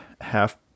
half